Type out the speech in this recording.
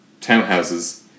townhouses